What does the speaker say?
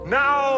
now